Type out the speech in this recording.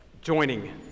joining